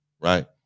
Right